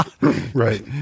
Right